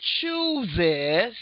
chooses